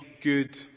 good